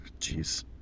Jeez